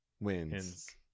wins